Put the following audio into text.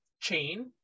chain